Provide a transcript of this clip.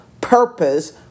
purpose